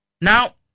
Now